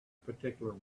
particular